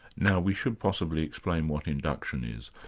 now we should possibly explain what induction is,